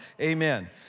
amen